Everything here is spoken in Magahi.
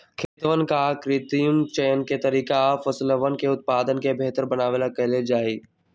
खेतवन ला कृत्रिम चयन के तरीका फसलवन के उत्पादन के बेहतर बनावे ला कइल जाहई